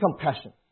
compassion